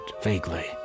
vaguely